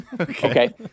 okay